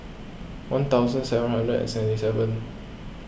one thousand seven hundred and seventy seven